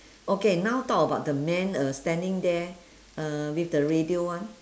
okay now talk about the man uh standing there uh with the radio [one]